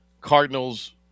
Cardinals